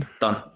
Done